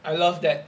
I love that